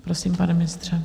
Prosím, pane ministře.